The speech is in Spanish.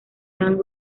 dan